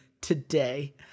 today